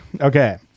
Okay